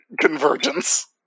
convergence